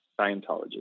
scientology